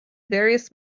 various